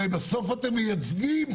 בסוף אתם מייצגים,